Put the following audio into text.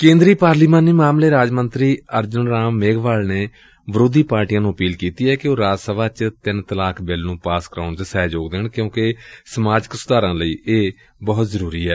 ਕੇਂਦਰੀ ਪਾਰਲੀਮਾਨੀ ਮਾਮਲੇ ਰਾਜ ਮੰਤਰੀ ਅਰਜ਼ਨ ਰਾਮ ਮੇਘਵਲ ਨੇ ਵਿਰੋਧੀ ਪਾਰਟੀਆਂ ਨੂੰ ਅਪੀਲ ਕੀਤੀ ਏ ਕਿ ਉਹ ਰਾਜ ਸਭਾ ਚ ਤਿੰਨ ਤਲਾਕ ਬਿੱਲ ਨੁੰ ਪਾਸ ਕਰਾਉਣ ਚ ਸਹਿਯੋਗ ਦੇਣ ਕਿਉਂਕਿ ਸਮਾਜਿਕ ਸੁਧਾਰਾਂ ਲਈ ਇਹ ਜ਼ਰੂਰੀ ਏ